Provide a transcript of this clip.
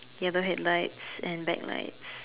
ya the headlights and backlights